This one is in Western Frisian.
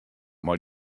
mei